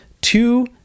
two